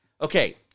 Okay